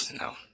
No